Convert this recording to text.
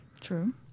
True